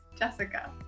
Jessica